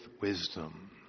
wisdom